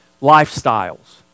lifestyles